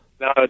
No